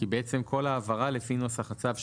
כי לפי נוסח הצו,